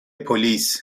پلیس